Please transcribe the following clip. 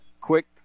Quick